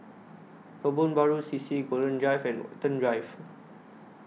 Kebun Baru C C Golden Drive and Watten Drive